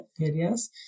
areas